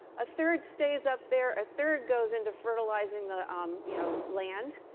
a third stays up there, a third goes into fertilizing the um you know land,